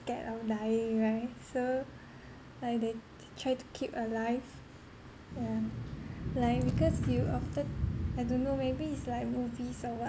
scared of dying right so like they t~ try to keep alive yeah like because you often I don't know maybe is like movies or what